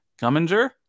Gumminger